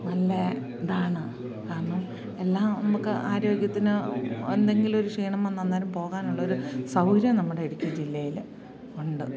നല്ല ഇതാണ് കാരണം എല്ലാം നമുക്ക് ആരോഗ്യത്തിന് എന്തെങ്കിലുമൊരു ക്ഷീണം വന്നാൽ അന്നേരം പോകാനുള്ളൊരു സൗകര്യം നമ്മുടെ ഇടുക്കി ജില്ലയിൽ ഉണ്ട്